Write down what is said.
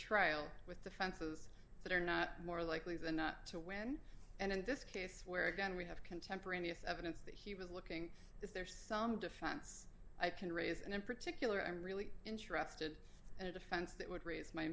trial with the fences that are now more likely than not to win and in this case where again we have contemporaneous evidence that he was looking is there some defense i can raise and in particular i'm really interested in a defense that would raise my